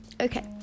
Okay